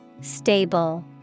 Stable